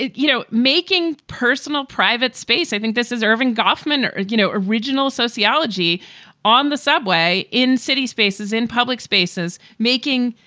you know, making personal private space. i think this is erving goffman or, you know, original sociology on the subway, in city spaces, in public spaces making.